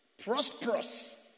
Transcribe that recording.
Prosperous